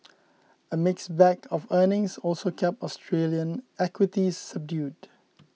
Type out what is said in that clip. a mixed bag of earnings also kept Australian equities subdued